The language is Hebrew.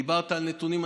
דיברת על נתונים,